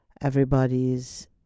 everybody's